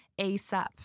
ASAP